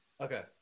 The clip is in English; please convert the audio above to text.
Okay